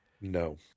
No